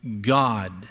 God